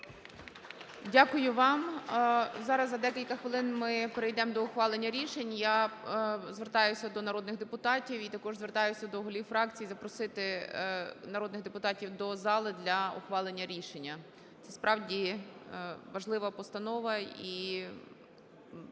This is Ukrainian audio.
Дякую вам. Зараз за декілька хвилин ми перейдемо до ухвалення рішення. Я звертаюся до народних депутатів і також звертаюся до голів фракцій запросити народних депутатів до зали для ухвалення рішення. Це справді важлива постанова,